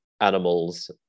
animals